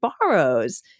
borrows